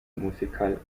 musical